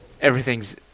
everything's